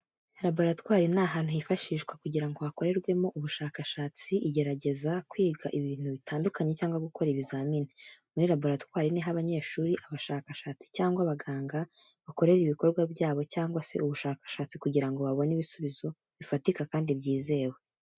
Laboratwari ni ahantu hifashishwa kugira ngo hakorerwemo ubushakashatsi, igerageza, kwiga ibintu bitandukanye cyangwa gukora ibizamini. Muri laboratwari ni ho abanyeshuri, abashakashatsi, cyangwa abaganga bakorera ibikorwa byabo cyangwa se ubushakashatsi kugira ngo babone ibisubizo bifatika kandi byizewe.